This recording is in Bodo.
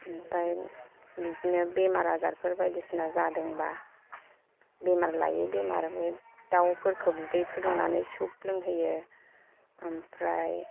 ओमफ्राय बिदिनो बेमार आजारफोर बायदिसिना जादोंबा बेमार लायै बेमार बे दाउफोरखौ बिदै फुदुंनानै सुप लोंहोयो ओमफ्राय